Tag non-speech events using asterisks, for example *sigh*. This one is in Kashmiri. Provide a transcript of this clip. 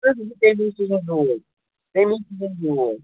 *unintelligible* تٔمی سوٗزٕنَس بہٕ یور